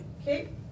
okay